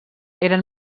eren